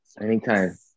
Anytime